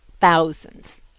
thousands